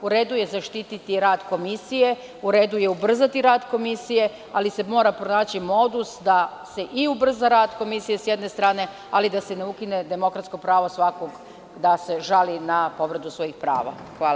U redu je zaštiti rad komisije, u redu je ubrzati rad komisije, ali se mora pronaći modus da se i ubrza rad komisije, s jedne strane, ali da se ne ukine demokratsko pravo svakog da se žali na povredu svojih prava.